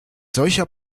solcher